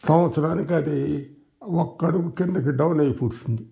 సంవత్సరానికి అది ఒక్క అడుగు కిందకి డౌన్ అయిపూడ్సింది